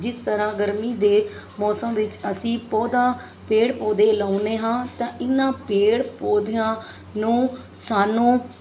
ਜਿਸ ਤਰ੍ਹਾਂ ਗਰਮੀ ਦੇ ਮੌਸਮ ਵਿੱਚ ਅਸੀਂ ਪੌਦਾ ਪੇੜ ਪੌਦੇ ਲਾਉਂਦੇ ਹਾਂ ਤਾਂ ਇਹਨਾਂ ਪੇੜ ਪੌਦਿਆਂ ਨੂੰ ਸਾਨੂੰ